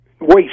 waste